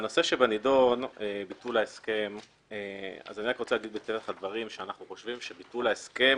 בנושא ביטול ההסכם אנחנו חושבים שביטול ההסכם